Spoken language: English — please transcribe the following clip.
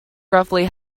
roughly